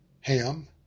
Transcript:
Ham